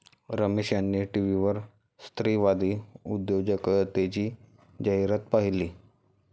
रमेश यांनी टीव्हीवर स्त्रीवादी उद्योजकतेची जाहिरात पाहिली